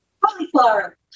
cauliflower